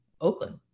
Oakland